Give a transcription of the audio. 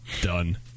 Done